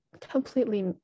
completely